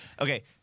Okay